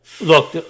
look